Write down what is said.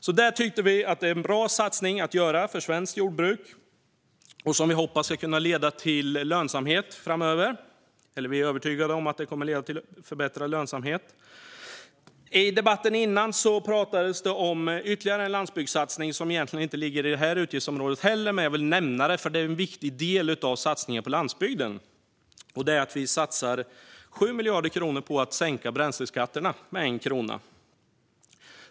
Vi tycker att detta är en bra satsning att göra för svenskt jordbruk, och vi hoppas att den ska kunna leda till lönsamhet framöver. Rättare sagt är vi övertygade om att den kommer att leda till förbättrad lönsamhet. I den föregående debatten talades det om ytterligare en landsbygdssatsning som egentligen inte heller ligger i detta utgiftsområde. Jag vill ändå nämna den, för den är en viktig del av satsningen på landsbygden. Det handlar om att vi satsar 7 miljarder kronor på att sänka bränsleskatterna med 1 krona.